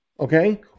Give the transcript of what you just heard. Okay